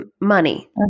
money